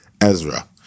Ezra